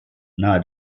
nahe